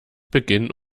beginn